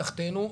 מתחתינו,